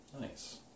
Nice